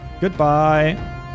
Goodbye